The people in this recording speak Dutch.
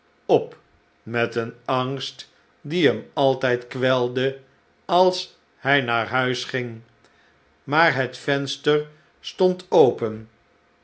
op met een angst die hem altijd kwelde als hij naar huis ging maar het venster stond open